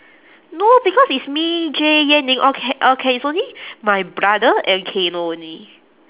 no because is me jay yen ning okay okay is only my brother and kayno only